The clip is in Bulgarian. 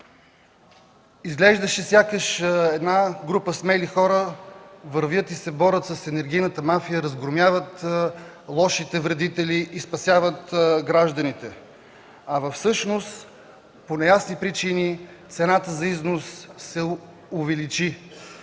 Изглеждаше сякаш една група смели хора вървят и се борят с енергийната мафия, разгромяват лошите вредители и спасяват гражданите, а всъщност по неясни причини цената за износ се увеличи